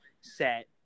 set